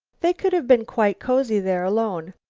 they could have been quite cozy there alone.